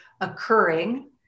occurring